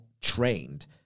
trained